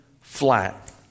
flat